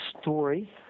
story